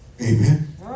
Amen